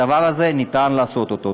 הדבר הזה, ניתן לעשות אותו.